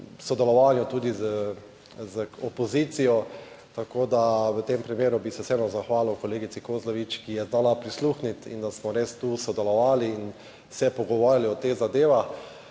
sodelovanju tudi z opozicijo, tako da v tem primeru bi se vseeno zahvalil kolegici Kozlovič, ki je znala prisluhniti in da smo res tu sodelovali in se pogovarjali o teh zadevah.